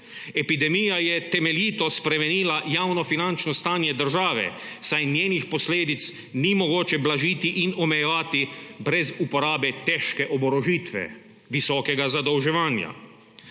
epidemija je temeljito spremenila javnofinančno stanje države, saj njenih posledic ni mogoče blažiti in omejevati brez uporabe težke oborožitve, visokega zadolževanja.